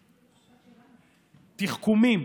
תחכומים.